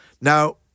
Now